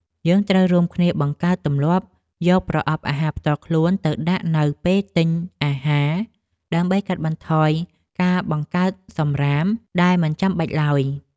យើងត្រូវរួមគ្នាបង្កើតទម្លាប់យកប្រអប់អាហារផ្ទាល់ខ្លួនទៅដាក់នៅពេលទិញអាហារ ដើម្បីកាត់បន្ថយការបង្កើតសំរាមដែលមិនចាំបាច់ឡើយ។